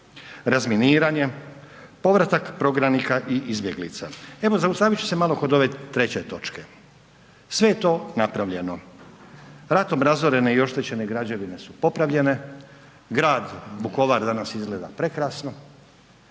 razminiranje, povratak prognanika i izbjeglica. Evo zaustavit ću se malo kod ove 3. točke, sve je to napravljeno. Ratom razorene i oštećene građevine su popravljene, grad Vukovar danas izgleda prekrasno,